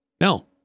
No